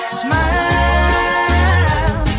smile